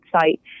site